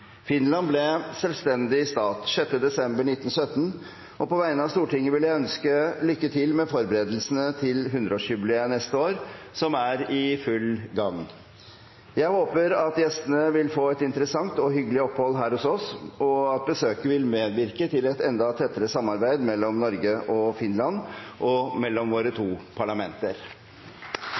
Finland ble en selvstendig stat 6. desember 1917, og på vegne av Stortinget vil jeg ønske lykke til med forberedelsene til 100-årsjubileet neste år, som er i full gang. Jeg håper at gjestene vil få et interessant og hyggelig opphold her hos oss, og at besøket vil medvirke til et enda tettere samarbeid mellom Norge og Finland, og mellom våre to parlamenter.